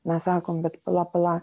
mes sakom bet pala pala